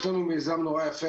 יש לנו מיזם מאוד יפה.